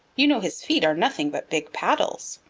you know his feet are nothing but big paddles.